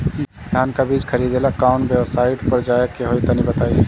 धान का बीज खरीदे ला काउन वेबसाइट पर जाए के होई तनि बताई?